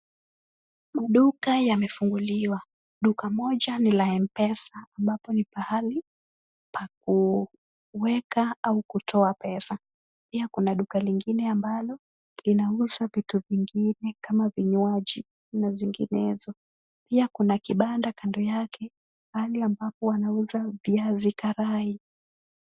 Maduka yamefunguliwa. Duka moja ni la M-Pesa ambapo ni pahali pa kuweka au kutoa pesa. Pia kuna duka lingine ambalo linauza vitu vingine kama vinywaji na zinginezo. Pia kuna kibanda kando yake mahali ambapo wanauza viazi karai.